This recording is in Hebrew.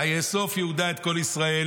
ויאסוף יהודה את כל ישראל